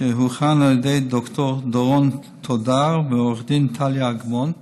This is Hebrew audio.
שהוכנה על ידי ד"ר דורון תודר ועו"ד טליה אגמון.